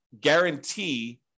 guarantee